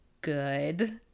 good